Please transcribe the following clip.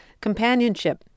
companionship